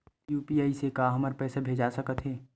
UPI से का हमर पईसा भेजा सकत हे?